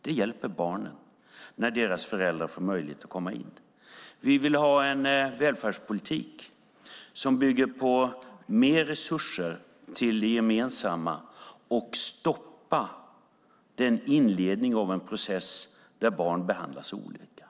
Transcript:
Det hjälper barnen när deras föräldrar får möjlighet att komma in. Vi vill ha en välfärdspolitik som bygger på mer resurser till det gemensamma och att stoppa inledningen av en process där barn behandlas olika.